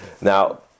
Now